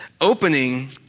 opening